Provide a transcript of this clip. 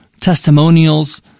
testimonials